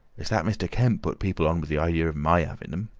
it's that mr. kemp put people on with the idea of my having em.